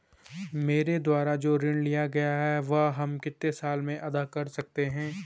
मेरे द्वारा जो ऋण लिया गया है वह हम कितने साल में अदा कर सकते हैं?